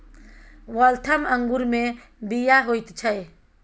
Waltham अंगूरमे बीया होइत छै